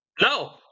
No